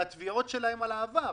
תביעותיהם מן העבר.